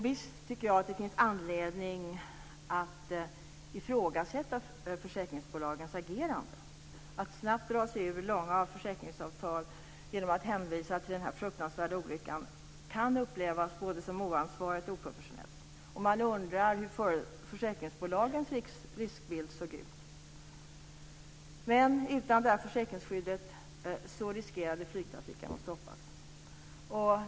Visst finns det anledning att ifrågasätta försäkringsbolagens agerande. Att snabbt dra sig ur långa försäkringsavtal genom att hänvisa till den fruktansvärda olyckan kan upplevas som både oansvarigt och oprofessionellt. Man undrar hur försäkringsbolagens riskbild såg ut. Men utan försäkringsskyddet riskerar flygtrafiken att stoppas.